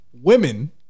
Women